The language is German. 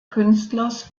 künstlers